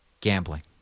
Gambling